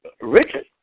Richard